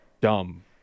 dumb